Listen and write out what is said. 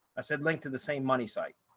i said link to the same money site.